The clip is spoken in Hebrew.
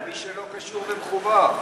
מי שלא קשור ומחובר.